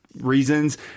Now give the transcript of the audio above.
reasons